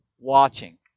Watching